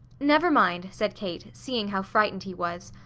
never mind, said kate, seeing how frightened he was.